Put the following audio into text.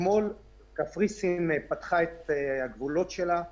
אתמול קפריסין פתחה את הגבולות שלה,